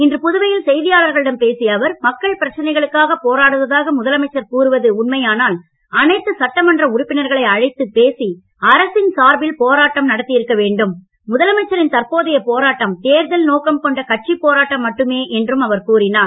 இன்று புதுவையில் செய்தியாளர்களிடம் பேசிய அவர் மக்கள் பிரச்சனைகளுக்கா போராடுவதாக ழுதலமைச்சர் கூறுவது உண்மையானால் அனைத்து சட்டமன்ற உறுப்பினர்களை அழைத்துப் பேசி அரசின் சார்பில் போராட்டம் நடத்தியிருக்க வேண்டுமே தவிர முதலமைச்சரின் தற்போதைய போராட்டம் தேர்தல் நோக்கம் கொண்ட கட்சிப் போராட்டம் மட்டுமே என்றார்